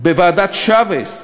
בוועדת שייבס,